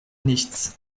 nichts